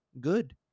good